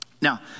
Now